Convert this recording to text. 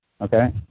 Okay